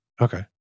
Okay